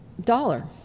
dollar